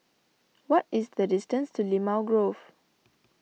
what is the distance to Limau Grove